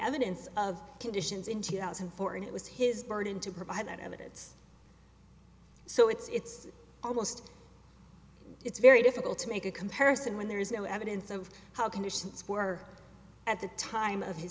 evidence of conditions in two thousand and four and it was his burden to provide that evidence so it's almost it's very difficult to make a comparison when there is no evidence of how conditions were at the time of his